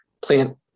plant